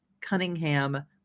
Cunningham